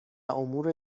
امور